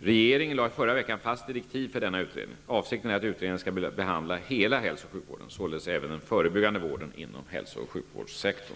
Regerigen lade i förra veckan fast direktiv för denna utredning. Avsikten är att utredningen skall behandla hela hälso och sjukvården, således även den förebyggande vården inom hälso och sjukvårdssektorn.